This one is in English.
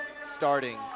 starting